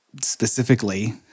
Specifically